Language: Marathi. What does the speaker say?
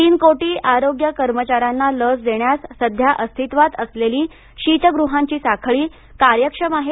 तीन कोटी आरोग्य कर्मचाऱ्यांना लस देण्यास सध्या अस्तित्वात असलेली शीतगृहांची साखळी कार्यक्षम आहे